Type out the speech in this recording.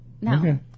no